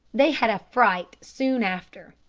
they had a fright soon after.